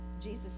Jesus